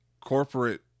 corporate